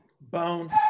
bones